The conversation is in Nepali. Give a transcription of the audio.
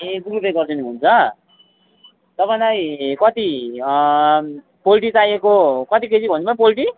ए गुगल पे गरिदिनु हुन्छ तपाईँलाई कति पोल्ट्री चाहिएको कति केजी भन्नु भयो पोल्ट्री